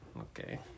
Okay